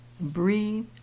breathe